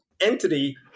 entity